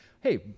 hey